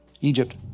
Egypt